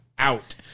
out